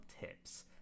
tips